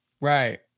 Right